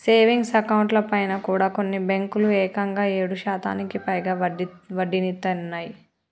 savings అకౌంట్లపైన కూడా కొన్ని బ్యేంకులు ఏకంగా ఏడు శాతానికి పైగా వడ్డీనిత్తన్నయ్